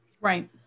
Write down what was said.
Right